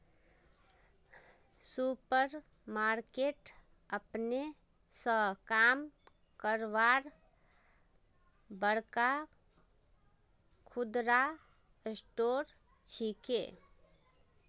super market अपने स काम करवार बड़का खुदरा स्टोर छिके